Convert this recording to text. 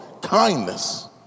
Kindness